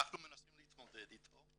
אנחנו מנסים להתמודד איתו.